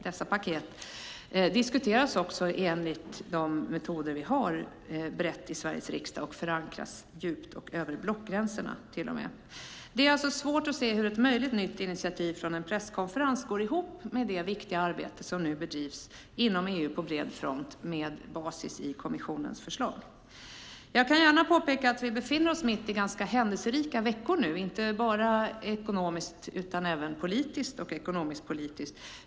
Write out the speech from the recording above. Det diskuteras också enligt de metoder vi har brett i Sveriges riksdag och förankras djupt och till och med över blockgränserna. Det är svårt att se hur ett möjligt nytt initiativ från en presskonferens går ihop med det viktiga arbete som nu bedrivs inom EU på bred front på basis av kommissionens förslag. Jag kan gärna påpeka att vi nu befinner oss i ganska händelserika veckor inte bara ekonomiskt utan även politiskt och ekonomisk-politiskt.